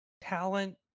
Talent